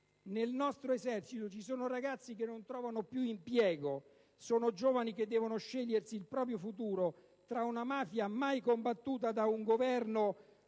Nel nostro Esercito ci sono ragazzi che non trovano più impiego. Sono giovani che devono scegliersi il proprio futuro, tra una mafia mai combattuta da un Governo